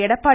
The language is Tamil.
எடப்பாடி